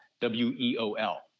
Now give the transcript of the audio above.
W-E-O-L